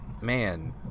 Man